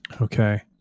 Okay